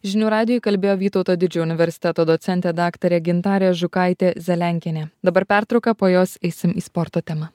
žinių radijui kalbėjo vytauto didžiojo universiteto docentė daktarė gintarė žukaitė zeliankienė dabar pertrauka po jos eisim į sporto temą